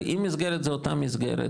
הרי אם המסגרת היא אותה מסגרת,